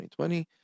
2020